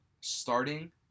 starting